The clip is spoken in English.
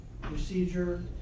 procedure